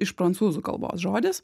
iš prancūzų kalbos žodis